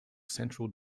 central